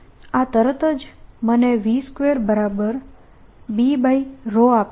આ તરત જ મને v2B આપે છે